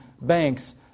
banks